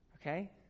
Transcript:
okay